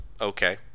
okay